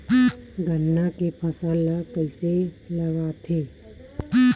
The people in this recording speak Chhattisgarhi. गन्ना के फसल ल कइसे लगाथे?